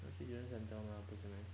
他要去 tuition centre meh 不是 meh